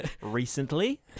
recently